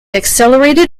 accelerated